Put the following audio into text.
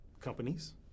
companies